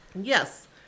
Yes